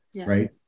right